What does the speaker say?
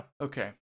Okay